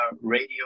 radio